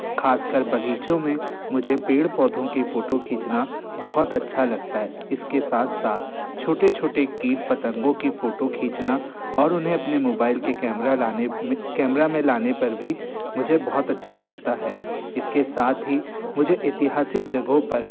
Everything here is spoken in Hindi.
खासकर बगीचों में मुझे पेड़ पौधों की फ़ोटो खीचना बहुत अच्छा लगता है इसके साथ साथ छोटे छोटे कीट पतंगों की फ़ोटो खीचना और उन्हें अपने मोबाइल के कैमरा लाने कैमरा में लाने पर भी मुझे बहुत अच्छा लगता है इसके साथ ही मुझे एतिहासिक जगहों पर